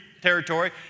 territory